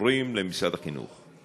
המורים למשרד החינוך.